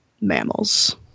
mammals